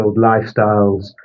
lifestyles